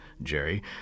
Jerry